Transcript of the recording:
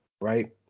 right